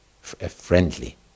Friendly